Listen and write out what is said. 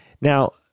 Now